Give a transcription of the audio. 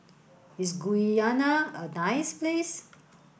is Guyana a nice place